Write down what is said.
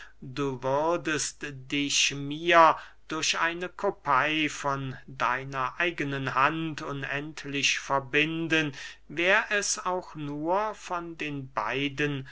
du würdest dich mir durch eine kopey von deiner eigenen hand unendlich verbinden wär es auch nur von den beiden